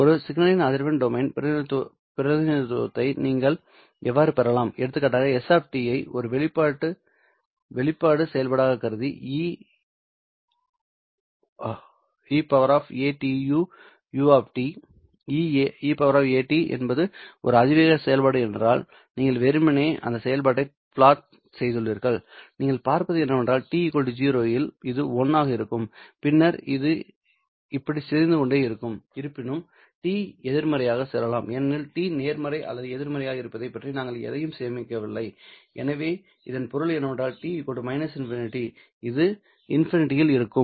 ஒரு சிக்னலின்அதிர்வெண் டொமைன் பிரதிநிதித்துவத்தை நீங்கள் எவ்வாறு பெறலாம் எடுத்துக்காட்டாக s ஐ ஒரு வெளிப்பாடு செயல்பாடாகக் கருதி e atu e at என்பது ஒரு அதிவேக செயல்பாடு என்றால் நீங்கள் வெறுமனே அந்த செயல்பாட்டை பிளாட் செய்துள்ளீர்கள் நீங்கள் பார்ப்பது என்னவென்றால் t 0 இல் இது 1 ஆக இருக்கும் பின்னர் இது இப்படி சிதைந்து கொண்டே இருக்கும் இருப்பினும் t எதிர்மறையாக செல்லலாம் ஏனென்றால் t நேர்மறை அல்லது எதிர்மறையாக இருப்பதைப் பற்றி நாங்கள் எதையும் சேமிக்கவில்லை எனவே இதன் பொருள் என்னவென்றால் t ∞ இது ∞ இல் இருக்கும்